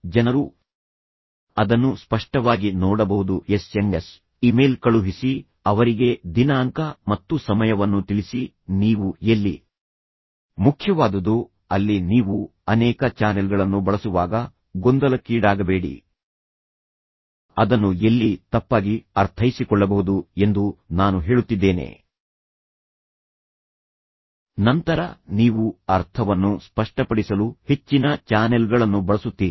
ಆದ್ದರಿಂದ ಜನರು ಅದನ್ನು ಸ್ಪಷ್ಟವಾಗಿ ನೋಡಬಹುದು ಎಸ್ಎಂಎಸ್ ಇಮೇಲ್ ಕಳುಹಿಸಿ ಅವರಿಗೆ ದಿನಾಂಕ ಮತ್ತು ಸಮಯವನ್ನು ತಿಳಿಸಿ ನೀವು ಎಲ್ಲಿ ಮುಖ್ಯವಾದುದೋ ಅಲ್ಲಿ ನೀವು ಅನೇಕ ಚಾನೆಲ್ಗಳನ್ನು ಬಳಸುವಾಗ ಗೊಂದಲಕ್ಕೀಡಾಗಬೇಡಿ ಅದನ್ನು ಎಲ್ಲಿ ತಪ್ಪಾಗಿ ಅರ್ಥೈಸಿಕೊಳ್ಳಬಹುದು ಎಂದು ನಾನು ಹೇಳುತ್ತಿದ್ದೇನೆ ನಂತರ ನೀವು ಅರ್ಥವನ್ನು ಸ್ಪಷ್ಟಪಡಿಸಲು ಹೆಚ್ಚಿನ ಚಾನೆಲ್ಗಳನ್ನು ಬಳಸುತ್ತೀರಿ